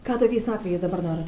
ką tokiais atvejais dabar daro